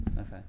Okay